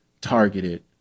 targeted